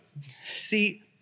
See